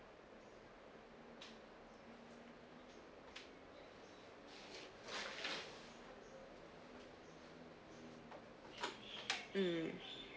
mm